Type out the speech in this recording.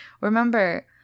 Remember